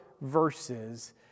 verses